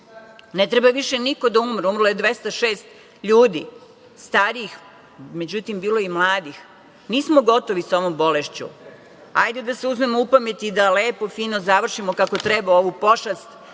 Ne treba više niko da umre, umrlo je 206 ljudi starijih, međutim bilo je i mladih. Nismo gotovi sa ovom bolešću. Hajde da se uzmemo u pamet i da lepo fino završimo kako treba ovu pošast,